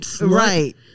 Right